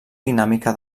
dinàmica